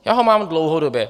Já ho mám dlouhodobě.